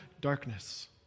darkness